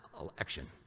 election